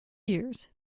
years